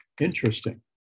interesting